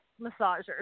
massager